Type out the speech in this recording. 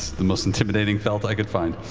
the most intimidating felt i could find.